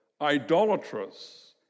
idolatrous